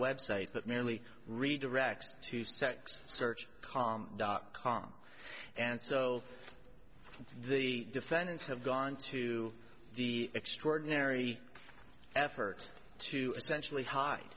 website but merely redirects to sex search com dot com and so the defendants have gone to the extraordinary effort to essentially hide